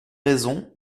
raisons